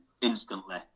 instantly